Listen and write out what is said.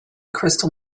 crystal